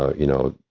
ah you know,